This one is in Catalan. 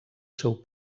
seu